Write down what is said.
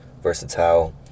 Versatile